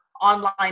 online